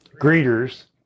greeters